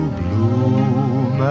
bloom